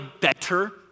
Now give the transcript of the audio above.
better